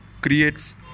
creates